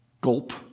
Gulp